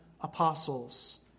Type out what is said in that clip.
apostles